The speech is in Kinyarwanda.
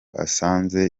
asanze